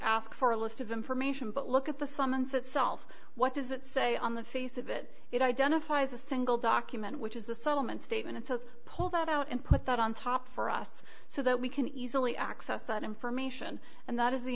ask for a list of information but look at the summons itself what does it say on the face of it it identifies a single document which is a settlement statement it says pull that out and put that on top for us so that we can easily access that information and that is the